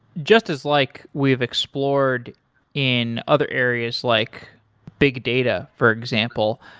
just as like we've explored in other areas like big data, for example.